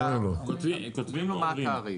כותבים לו מה התעריף.